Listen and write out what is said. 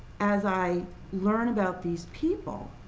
as i learn about these people